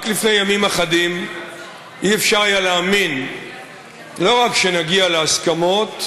רק לפני ימים אחדים לא היה אפשר להאמין לא רק שנגיע להסכמות,